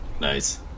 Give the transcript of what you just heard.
Nice